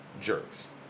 jerks